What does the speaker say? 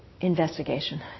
investigation